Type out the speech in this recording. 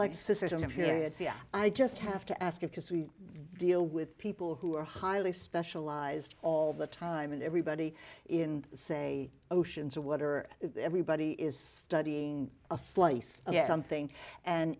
is i just have to ask you because we deal with people who are highly specialized all the time and everybody in say oceans of water everybody is studying a slice yes something and